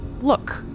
Look